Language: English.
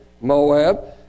Moab